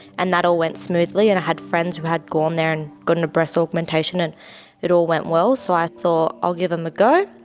and that all went smoothly. i and had friends who had gone there and gotten a breast augmentation and it all went well, so i thought i'll give them a go.